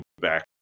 back